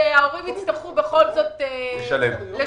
ההורים יצטרכו בכל זאת לשלם.